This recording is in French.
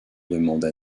demanda